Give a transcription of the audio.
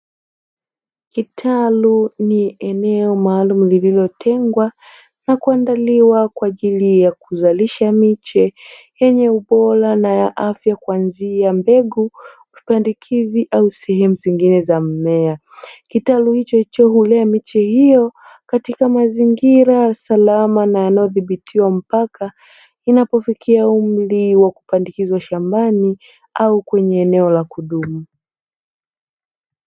Kitalu ni eneo maalumu lililotengwa na kuandaliwa kwa ajili ya kuzalisha miche yenye ubora na ya afya, kuanzia mbegu pandikizi au sehemu zingine za mmea. kitalu hicho hicho hulea miche hiyo katika mazingira salama na yanayodhibitiwa mpaka inapofikia umri wa kupandikizwa shambani au kwenye eneo la kudumu.